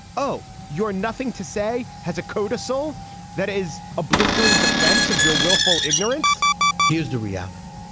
oh you're nothing to say has a codicil that is a blistering defense of your willful ignorance here's the reality